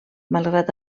malgrat